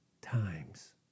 times